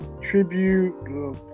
Tribute